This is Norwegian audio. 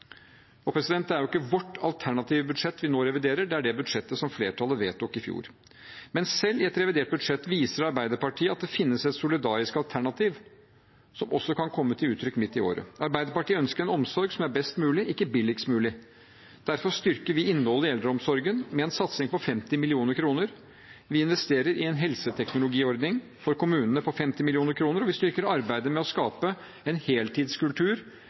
Det er ikke vårt alternative budsjett vi nå reviderer, det er det budsjettet som flertallet vedtok i fjor, men selv i et revidert budsjett viser Arbeiderpartiet at det finnes et solidarisk alternativ som også kan komme til uttrykk midt i året. Arbeiderpartiet ønsker en omsorg som er best mulig, ikke billigst mulig. Derfor styrker vi innholdet i eldreomsorgen med en satsing på 50 mill. kr, vi investerer i en helseteknologiordning for kommunene på 50 mill. kr, og vi styrker arbeidet med å skape en heltidskultur